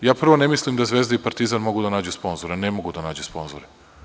Ja prvo ne mislim da Zvezda i Partizan mogu da nađu sponzora, ne mogu da nađu sponzore.